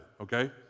Okay